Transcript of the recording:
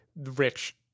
Rich